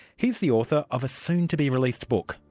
he's the author of a soon-to-be-released book,